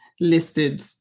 listed